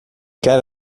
quer